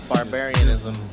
Barbarianism